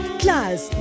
class